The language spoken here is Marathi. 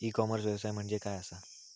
ई कॉमर्स व्यवसाय म्हणजे काय असा?